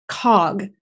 cog